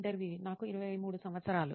ఇంటర్వ్యూఈ నాకు 23 సంవత్సరాలు